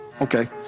okay